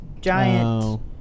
giant